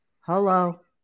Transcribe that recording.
Hello